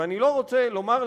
ואני לא רוצה לומר לך,